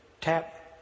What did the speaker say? tap